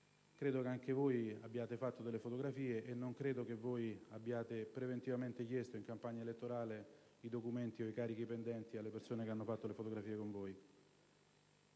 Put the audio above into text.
Credo che anche voi abbiate fatto delle fotografie e non credo che abbiate preventivamente chiesto in campagna elettorale i documenti o i carichi pendenti alle persone che hanno fatto le fotografie con voi.